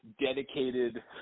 dedicated